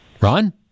Ron